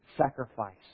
sacrifice